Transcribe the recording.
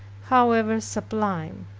however sublime.